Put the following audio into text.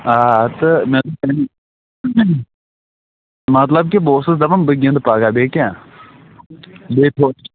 آ تہٕ مےٚ دوٚپ مطلب کہ بہٕ اوسُس دَپان بہٕ گِنٛدٕ پگاہ بیٚیہِ کیٛاہ بیٚیہِ ہہُ